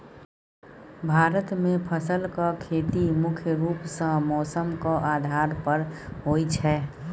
भारत मे फसलक खेती मुख्य रूप सँ मौसमक आधार पर होइ छै